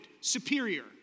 superior